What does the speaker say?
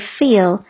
feel